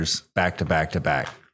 back-to-back-to-back